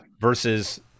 versus